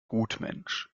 gutmensch